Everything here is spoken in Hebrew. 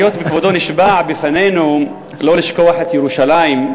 היות שכבודו נשבע בפנינו לא לשכוח את ירושלים,